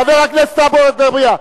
חבר הכנסת עפו אגבאריה.